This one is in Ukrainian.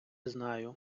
знаю